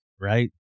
right